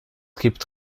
gibt